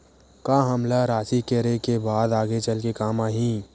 का हमला राशि करे के बाद आगे चल के काम आही?